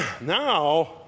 Now